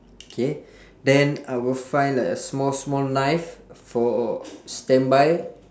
K then I will find like a small small knife for standby